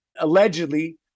allegedly